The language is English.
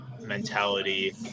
Mentality